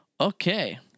Okay